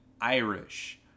Irish